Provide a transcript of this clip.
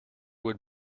would